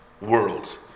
world